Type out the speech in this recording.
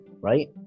right